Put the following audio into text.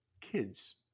kids